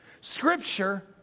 scripture